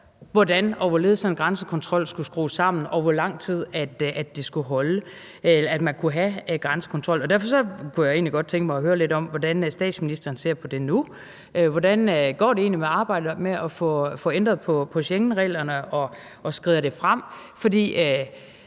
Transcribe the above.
hvordan og hvorledes sådan en grænsekontrol skulle skrues sammen, og hvor lang tid det skulle være, at man kunne have grænsekontrol. Derfor kunne jeg egentlig godt tænke mig at høre lidt om, hvordan statsministeren ser på det nu. Hvordan går det egentlig med arbejdet med at få ændret på Schengenreglerne – skrider det frem?